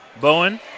Bowen